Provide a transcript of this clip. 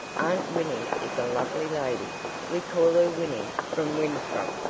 aunt winnie is a lovely lady we call her winnie from winthrop,